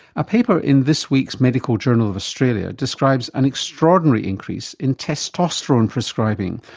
a paper in this week's medical journal of australia describes an extraordinary increase in testosterone prescribing,